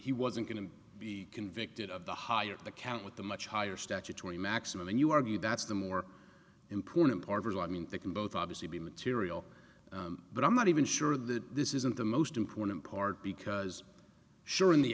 he wasn't going to be convicted of the higher the count with the much higher statutory maximum and you argue that's the more important part of it i mean they can both obviously be material but i'm not even sure that this isn't the most important part because sure in the